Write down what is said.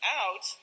out